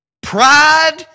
Pride